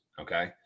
okay